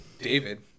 David